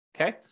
okay